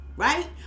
Right